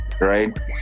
right